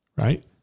right